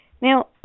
Now